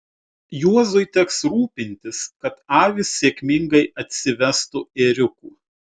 juozui teks rūpintis kad avys sėkmingai atsivestų ėriukų